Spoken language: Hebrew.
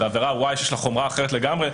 ועבירה Y שיש לה חומרה אחרת לגמרי,